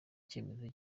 icyemezo